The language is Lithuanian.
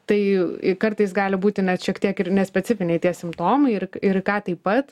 tai kartais gali būti net šiek tiek ir nespecifiniai tie simptomai ir ir į ką taip pat